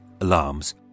alarms